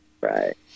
Right